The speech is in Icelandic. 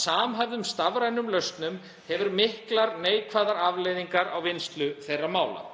samhæfðum stafrænum lausnum hefur miklar neikvæðar afleiðingar á vinnslu mála.